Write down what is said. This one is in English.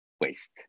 waste